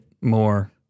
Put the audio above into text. more